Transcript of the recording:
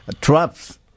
traps